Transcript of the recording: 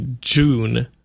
June